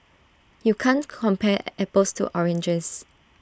you can't compare apples to oranges